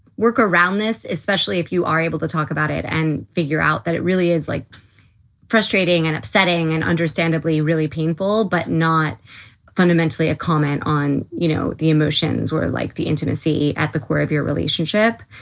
work around this, especially if you are able to talk about it and figure out that it really is like frustrating and upsetting and understandably really painful, but not fundamentally a comment on, you know, the emotions or like the intimacy at the core of your relationship.